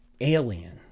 alien